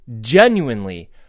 genuinely